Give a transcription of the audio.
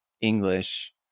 english